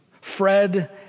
Fred